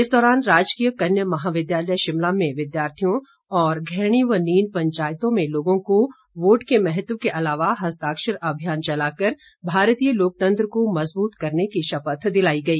इस दौरान राजकीय कन्या महाविद्यालय शिमला में विद्यार्थियों और घैणी व नीन पंचायतों में लोगों को वोट के महत्व के अलावा हस्ताक्षर अभियान चलाकर भारतीय लोकतंत्र को मजबूत करने की शपथ दिलाई गई